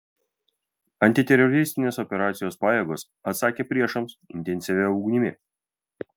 antiteroristinės operacijos pajėgos atsakė priešams intensyvia ugnimi